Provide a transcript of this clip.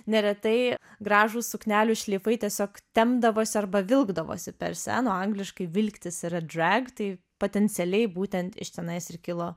neretai gražūs suknelių šleifai tiesiog tempdavosi arba vilkdavosi per sceną o angliškai vilktis yra drag tai potencialiai būtent iš tenais ir kilo